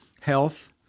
health